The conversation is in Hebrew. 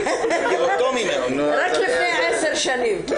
רק לפני עשר שנים.